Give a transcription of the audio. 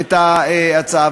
את ההצעה.